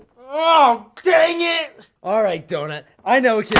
oh! dang it! alright doughnut. i know you